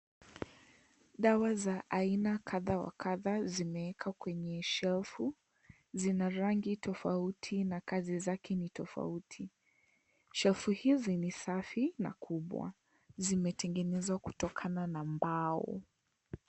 Dawa za aina kadha wa kadha zimewekwa kwenye shelvu. Zina rangi tofauti na kazi zake ni tofauti. Shelvu hizi ni safi na kubwa. Zimetengenezwa kutokana na mbao.